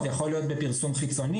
זה יכול להיות בפרסום חיצוני,